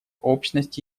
общности